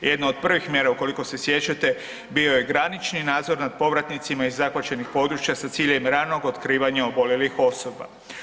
Jedna od prvih mjera ukoliko se sjećate, bio je granični nadzor nad povratnicima iz zahvaćenih područja sa ciljem ranog otkrivanja oboljelih osoba.